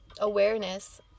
awareness